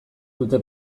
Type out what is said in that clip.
dute